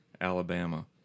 Alabama